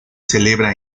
celebra